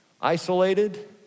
isolated